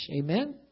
Amen